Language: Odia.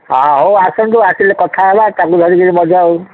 ହଁ ହଉ ଆସନ୍ତୁ ଆସିଲେ କଥା ହେବା ତାଙ୍କୁ ଧରିକି ମଧ୍ୟ ଆଉ